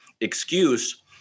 excuse